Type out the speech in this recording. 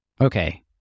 Okay